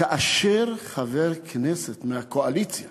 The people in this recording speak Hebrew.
כאשר חבר כנסת מהקואליציה